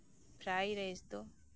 ᱯᱷᱨᱟᱭ rice ᱫᱚ